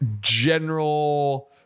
general